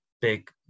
Big